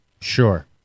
Sure